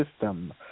system